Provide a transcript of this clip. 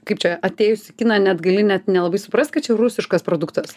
kaip čia atėjus į kiną net gali net nelabai suprast kad čia rusiškas produktas